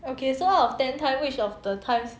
okay so out of ten time which of the times